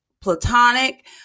platonic